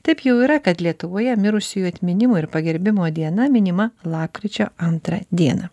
taip jau yra kad lietuvoje mirusiųjų atminimo ir pagerbimo diena minima lapkričio antrą dieną